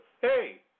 Hey